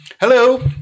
Hello